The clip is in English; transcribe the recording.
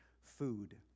food